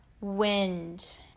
wind